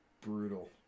brutal